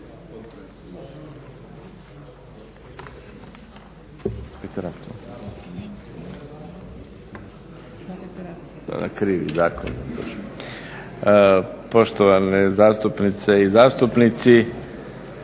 Poštovane zastupnice i zastupnici,